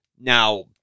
Now